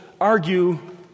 argue